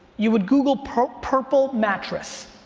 you would google purple purple mattress.